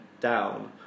down